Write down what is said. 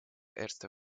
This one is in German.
erste